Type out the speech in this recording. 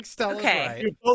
Okay